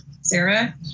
Sarah